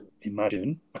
imagine